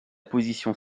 position